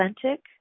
authentic